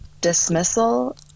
dismissal